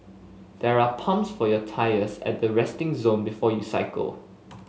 there are pumps for your tyres at the resting zone before you cycle